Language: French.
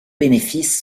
bénéfices